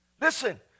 listen